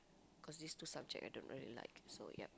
cause these two subject I don't really like so yeap